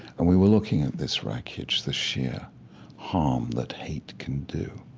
and we were looking at this wreckage, this sheer harm that hate can do.